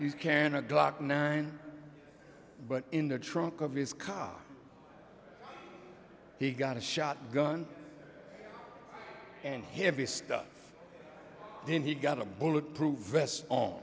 you can adopt nine but in the trunk of his car he got a shotgun and heavy stuff then he got a bulletproof vest o